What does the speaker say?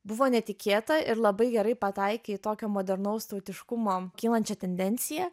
buvo netikėta ir labai gerai pataikė į tokio modernaus tautiškumo kylančią tendenciją